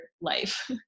life